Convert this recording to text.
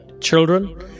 children